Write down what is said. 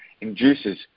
induces